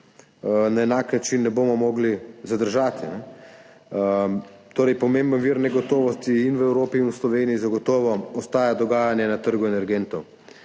na enak način ne bomo mogli zadržati. Torej, pomemben vir negotovosti in v Evropi in v Sloveniji zagotovo ostaja dogajanje na trgu energentov.